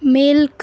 milk